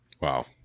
Wow